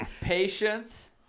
patience